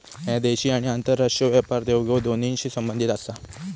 ह्या देशी आणि आंतरराष्ट्रीय व्यापार देवघेव दोन्हींशी संबंधित आसा